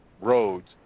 roads